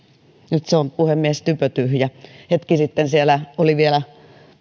nyt se on puhemies typötyhjä hetki sitten siellä oli vielä